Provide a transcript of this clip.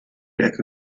ecke